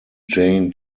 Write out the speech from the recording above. jain